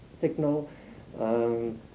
signal